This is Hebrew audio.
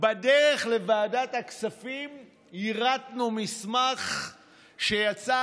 בדרך לוועדת הכספים יירטנו מסמך שיצא